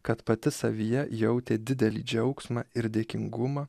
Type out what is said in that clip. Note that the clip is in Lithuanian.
kad pati savyje jautė didelį džiaugsmą ir dėkingumą